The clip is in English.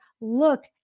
look